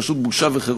פשוט בושה וחרפה.